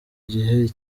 gihe